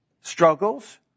struggles